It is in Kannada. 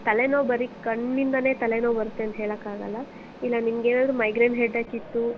ತಲೆನೋವು ಬರೀ ಕಣ್ಣಿಂದಲೇ ತಲೆನೋವು ಬರುತ್ತೆ ಅಂತ ಹೇಳೋಕ್ಕಾಗಲ್ಲ ಇಲ್ಲ ನಿಮಗೆ ಏನಾದ್ರೂ ಮೈಗ್ರೇನ್ ಹೆಡ್ಏಕಿತ್ತು